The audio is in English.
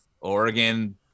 Oregon